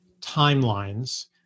timelines